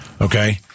Okay